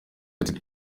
ati